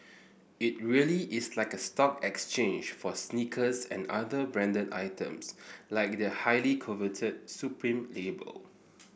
it really is like a stock exchange for sneakers and other branded items like the highly coveted supreme label